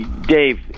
Dave